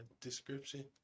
description